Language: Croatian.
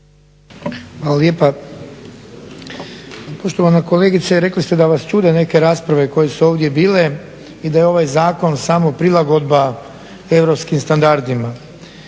Hvala lijepa. Poštovana kolegice, rekli ste da vas čude neke rasprave koje su ovdje bile i da je ovaj zakon samo prilagodba europskim standardima.